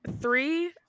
three